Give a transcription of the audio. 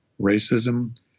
Racism